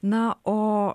na o